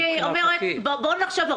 בואו נחשוב.